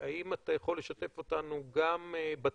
שלכם כמפעל,